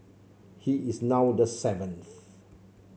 he is now the seventh